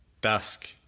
Dusk